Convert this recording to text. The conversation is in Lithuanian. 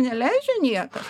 neleidžia niekas